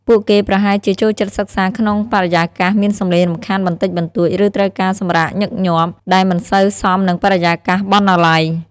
ពួកគេប្រហែលជាចូលចិត្តសិក្សាក្នុងបរិយាកាសមានសម្លេងរំខានបន្តិចបន្តួច ឬត្រូវការសម្រាកញឹកញាប់ ដែលមិនសូវសមនឹងបរិយាកាសបណ្ណាល័យ។